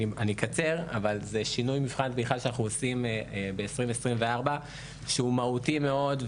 זה שינוי שינוי מבחן תמיכה שאנחנו עושים בשנת 2024 שהוא מהותי מאוד,